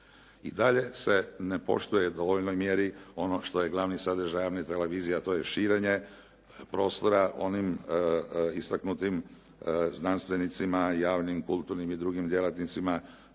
I dalje se ne poštuje u dovoljnoj mjeri ono što je glavni sadržaj javne televizije, a to je širenje prostora onim istaknutim znanstvenicima, javnim, kulturnim i drugim djelatnicima